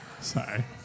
sorry